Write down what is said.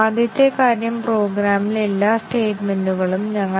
ഇതിന് ഉത്തരം നൽകാൻ നിങ്ങൾ വളരെ കഠിനമായി ചിന്തിക്കേണ്ടതില്ല